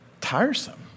tiresome